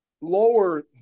Lower